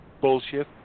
bullshit